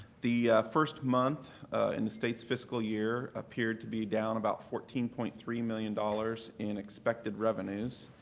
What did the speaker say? the first month in the state's fiscal year appeared to be down about fourteen point three million dollars in expected revenues.